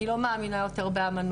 אני לא מאמינה יותר בהאמנות.